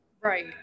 Right